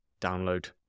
download